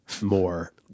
more